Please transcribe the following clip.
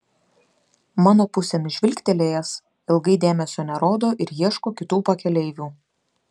mano pusėn žvilgtelėjęs ilgai dėmesio nerodo ir ieško kitų pakeleivių